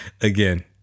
again